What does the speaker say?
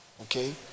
okay